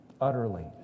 utterly